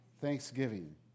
thanksgiving